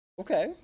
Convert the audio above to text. Okay